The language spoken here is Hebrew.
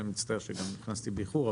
מצטער שגם נכנסתי באיחור,